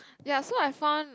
ya so I found